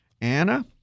Anna